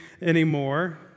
anymore